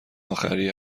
آخری